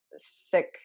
sick